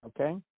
okay